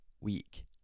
week